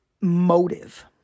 motive